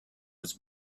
was